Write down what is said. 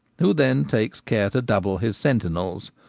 who then takes care to double his sentinels,